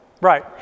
Right